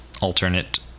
alternate